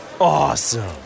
Awesome